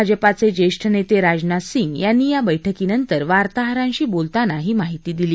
भाजपाचे जेठ नेते राजनाथ सिंग यांनी या बैठकीनंतर वार्ताहरांशी बोलताना ही माहिती दिली